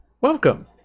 welcome